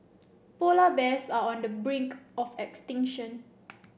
polar bears are on the brink of extinction